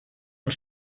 und